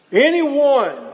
Anyone